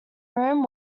room